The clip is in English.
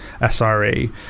SRE